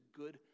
good